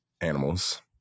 animals